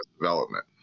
development